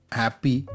happy